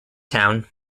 town